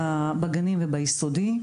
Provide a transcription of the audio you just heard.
בגנים וביסודי,